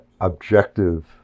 objective